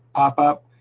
pop up,